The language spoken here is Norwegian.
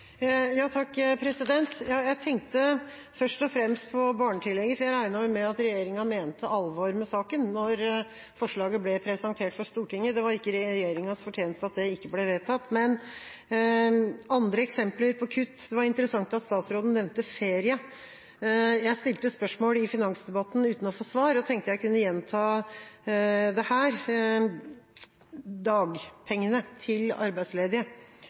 Jeg tenkte først og fremst på barnetillegget, for jeg regnet med at regjeringa mente alvor med saken da forslaget ble presentert for Stortinget. Det var ikke regjeringas fortjeneste at det ikke ble vedtatt. Andre eksempler på kutt: Det var interessant at statsråden nevnte ferie. Jeg stilte spørsmål i finansdebatten uten å få svar og tenkte jeg kunne gjenta det her: Når det gjelder dagpengene til arbeidsledige,